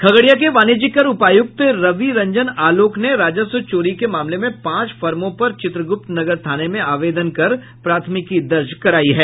खगड़िया के वाणिज्य कर उपायुक्त रवि रंजन आलोक ने राजस्व चोरी के मामले में पांच फर्मों पर चित्रगुप्त नगर थाना में आवेदन कर प्राथमिकी दर्ज करायी है